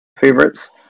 favorites